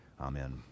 Amen